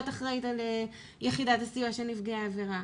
אחראית על יחידת הסיוע של נפגעי עבירה.